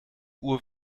uhr